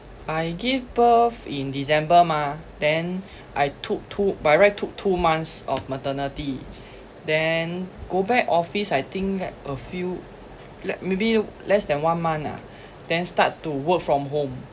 I give birth in december mah then I took two by right took two months of maternity then go back office I think a few like maybe less than one month ah then start to work from home